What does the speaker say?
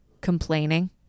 complaining